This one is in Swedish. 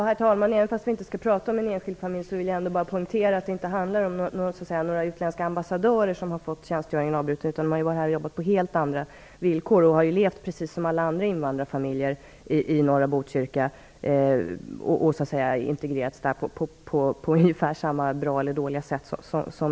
Herr talman! Även om vi inte skall prata om en enskild familj vill jag poängtera att det inte handlar om utländska ambassadörer som har fått tjänstgöringen avbruten. Familjen har varit här och jobbat på helt andra villkor. Man har levt precis som alla andra invandrarfamiljer i norra Botkyrka och integrerats där på samma bra eller dåliga sätt.